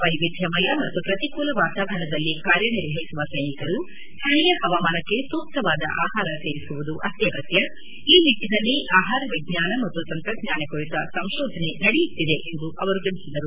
ವೈವಿಧ್ಯಮಯ ಮತ್ತು ಪ್ರತಿಕೂಲ ವಾತಾವರಣದಲ್ಲಿ ಕಾರ್ಯನಿರ್ವಹಿಸುವ ಸ್ಟನಿಕರು ಸ್ಥಳೀಯ ಹವಾಮಾನಕ್ಕೆ ಸೂಕ್ತವಾದ ಆಹಾರ ಸೇವಿಸುವುದು ಅತ್ಯಗತ್ಯ ಈ ನಿಟ್ಟನಲ್ಲಿ ಆಹಾರ ವಿಜ್ವಾನ ಮತ್ತು ತಂತ್ರಜ್ವಾನ ಕುರಿತ ಸಂಶೋಧನೆ ನಡೆಯುತ್ತಿದೆ ಎಂದು ಅವರು ತಿಳಿಸಿದರು